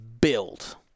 build